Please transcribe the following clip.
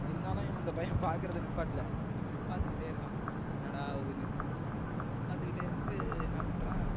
இருந்தாலும் இந்த பையன் பார்க்கறத நிப்பாட்டல பார்த்துக்கிட்டே இருக்கான் என்னடா ஆவுதுன்னு பார்த்துகிட்டே இருந்து என்ன பண்ணுறான்